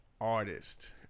artist